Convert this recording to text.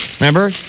Remember